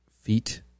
Feet